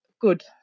good